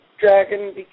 Dragon